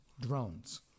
drones